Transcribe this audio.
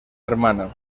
hermana